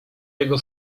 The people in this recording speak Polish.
jego